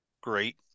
great